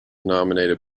nominated